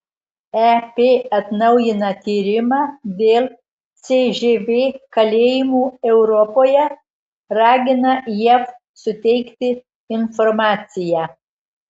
ep atnaujina tyrimą dėl cžv kalėjimų europoje ragina jav suteikti informaciją